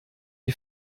die